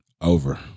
Over